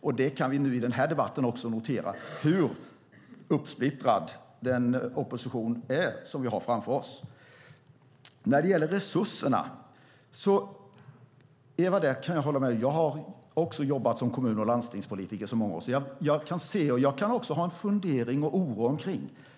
Också i denna debatt kan vi nu notera hur uppsplittrad den opposition som vi har framför oss är. Jag kan hålla med dig när det gäller resurserna, Eva Olofsson. Också jag har jobbat som kommun och landstingspolitiker i många år. Jag kan se detta, och jag kan också ha en fundering och en oro kring det.